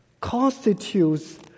constitutes